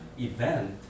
event